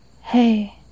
Hey